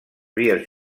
vies